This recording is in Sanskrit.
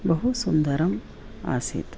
बहु सुन्दरम् आसीत्